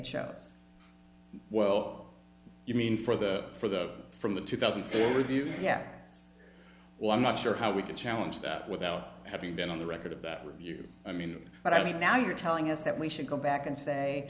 chose well you mean for the for the from the two thousand and four review yet well i'm not sure how we could challenge that without having been on the record of that review i mean but i mean now you're telling us that we should go back and say